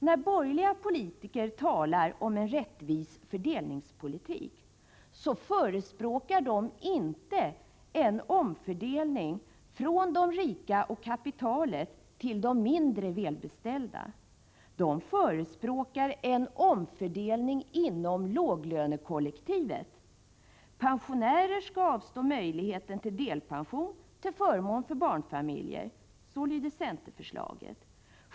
När borgerliga politiker talar om en rättvis fördelningspolitik förespråkar de inte en omfördelning från de rika, från kapitalet, till de mindre välbeställda utan då förespråkar de en omfördelning inom låglönekollektivet. Pensionärerna skall till förmån för barnfamiljerna avstå möjligheten till delpension. Så lyder centerförslaget.